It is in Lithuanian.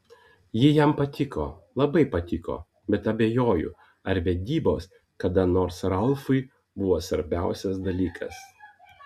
ji jam patiko labai patiko bet abejoju ar vedybos kada nors ralfui buvo svarbiausias dalykas